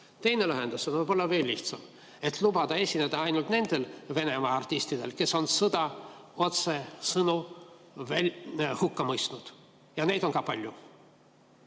Teine lahendus, võib-olla veel lihtsam, on lubada esineda ainult nendel Venemaa artistidel, kes on sõja otsesõnu hukka mõistnud, ja neid on palju.